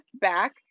back